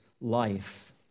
life